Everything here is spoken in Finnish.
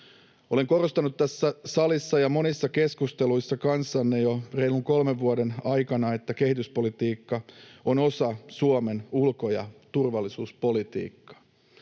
Olen korostanut tässä salissa ja monissa keskusteluissa kanssanne jo reilun kolmen vuoden aikana, että kehityspolitiikka on osa Suomen ulko- ja turvallisuuspolitiikkaa.